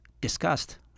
discussed